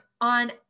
on